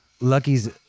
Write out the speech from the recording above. Lucky's